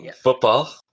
football